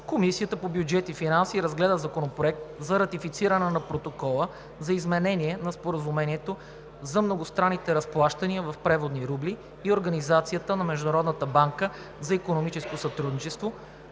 Комисията по бюджет и финанси разгледа Законопроект за ратифициране на Протокола за изменение на Споразумението за многостранните разплащания в преводни рубли и организацията на Международната банка за икономическо сътрудничество,